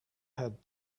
had